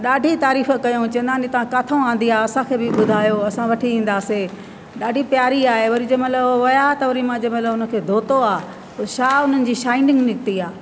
ॾाढी तारीफ़ु कयऊं चईंदा हे तव्हां किथां आंदी आहे असांखे बि ॿुधायो असां वठी ईंदासीं ॾाढी प्यारी आहे वरी जंहिंमहिल उहो विया त वरी मां जंहिंमहिल हुन खे धोतो आहे पोइ छा उन्हनि जी शाइनिंग निकिती आहे